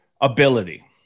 ability